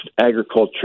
agriculture